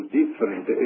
different